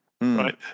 right